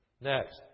Next